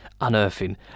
unearthing